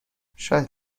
شاید